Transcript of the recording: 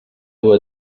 dur